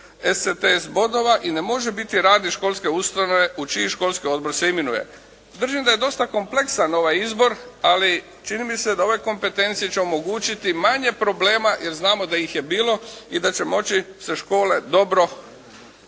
SCTS i ne može biti radnik školske ustanove u čiji školski odbor se imenuje. Držim da je dosta kompleksan ovaj izbor ali čini mi se da ove kompetencije će omogućiti manje problema jer znamo da ih je bilo i da će moći se škole dobro